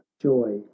joy